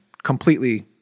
completely